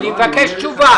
אני מבקש תשובה.